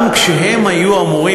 גם כשהם היו אמורים,